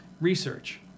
Research